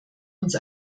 uns